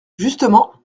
justement